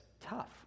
tough